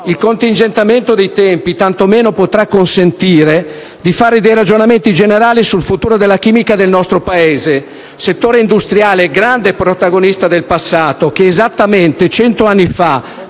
Il contingentamento dei tempi tantomeno potrà consentire ragionamenti generali sul futuro della chimica del nostro Paese, un settore industriale grande protagonista del passato, che esattamente cento anni fa,